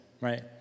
right